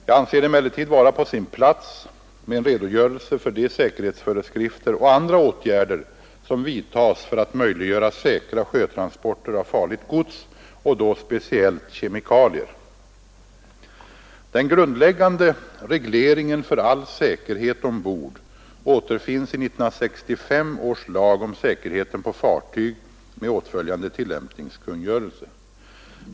Jag anser det emellertid vara på sin plats med en redogörelse för de säkerhetsföreskrifter och andra åtgärder som vidtas för att möjliggöra säkra sjötransporter av farligt gods och då speciellt kemikalier. Den grundläggande regleringen för all säkerhet ombord återfinns i 1965 års lag om säkerheten på fartyg med åtföljande tillämpningskun görelse.